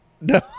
No